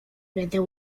będę